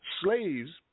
Slaves